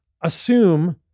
Assume